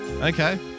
Okay